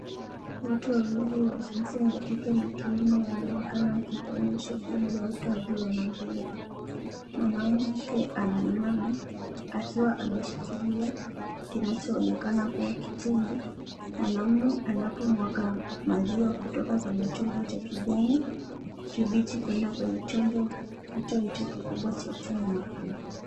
Watu wawli wa jinsia ya kike na kiume wanaonekana waifanya shughuli ya utoaji maziwa . Mwanamke ameinama akiwa ameshikilia kinachoonekana kuwa kichungi, mwanaume anapomwaga maziwa kutoka kwanye chombo cha kijani kibichi kuenda kwenye chombo kikubwa hicho hicho cha chuma.